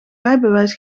rijbewijs